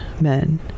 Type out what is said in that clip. men